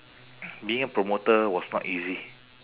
being a promoter was not easy